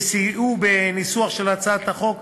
שסייעו בניסוח של הצעת החוק.